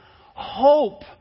Hope